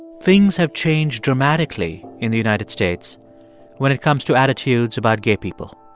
things have changed dramatically in the united states when it comes to attitudes about gay people